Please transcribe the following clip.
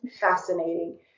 fascinating